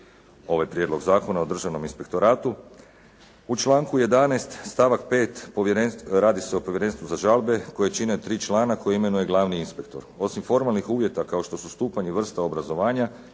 ovaj prijedlog Zakona o državnom inspektoratu. U članku 11. stavak 5. radi se o povjerenstvu za žalbe koje čine tri člana koje imenuje glavni inspektor. Osim formalnih uvjeta kao što su stupanj i vrsta obrazovanja,